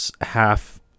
half